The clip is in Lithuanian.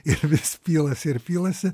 ir vis pilasi ir pilasi